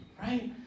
right